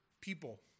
people